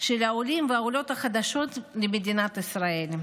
של העולים והעולות החדשים למדינת ישראל.